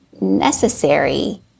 necessary